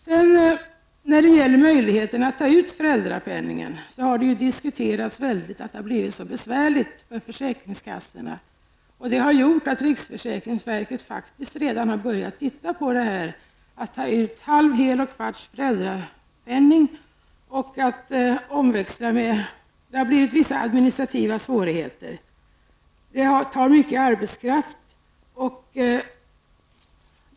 Det har diskuterats mycket att det har blivit så besvärligt för försäkringskassorna när det gäller uttagandet av föräldrapenning. Det har medfört att riksförsäkringsverket har börjat studera detta med att ta ut hel, halv och kvarts föräldrapenning. Det har blivit vissa administrativa svårigheter. Det kräver mycket arbetskraft.